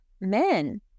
Men